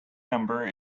number